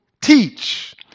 teach